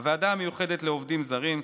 הוועדה המיוחדת לעובדים זרים.